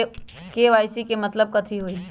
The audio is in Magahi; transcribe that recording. के.वाई.सी के मतलब कथी होई?